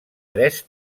tres